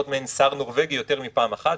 להיות מעין שר נורווגי יותר מפעם אחת,